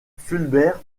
fulbert